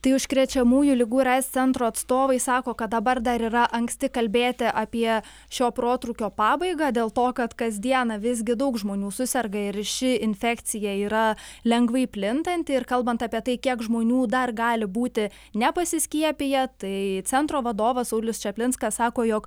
tai užkrečiamųjų ligų ir aids centro atstovai sako kad dabar dar yra anksti kalbėti apie šio protrūkio pabaigą dėl to kad kasdieną visgi daug žmonių suserga ir ši infekcija yra lengvai plintanti ir kalbant apie tai kiek žmonių dar gali būti nepasiskiepiję tai centro vadovas saulius čaplinskas sako jog